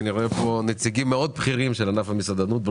אני רואה פה נציגים בכירים מאוד של ענף המסעדנות חיים,